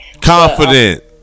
confident